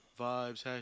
vibes